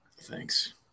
Thanks